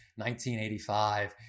1985